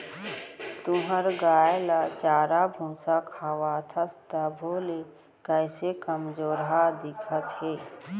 तुंहर गाय ल चारा भूसा खवाथस तभो ले कइसे कमजोरहा दिखत हे?